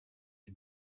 est